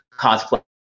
cosplay